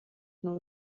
nur